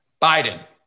Biden